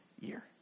year